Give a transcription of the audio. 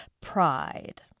Pride